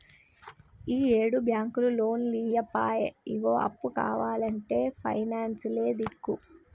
ఈయేడు బాంకులు లోన్లియ్యపాయె, ఇగ అప్పు కావాల్నంటే పైనాన్సులే దిక్కు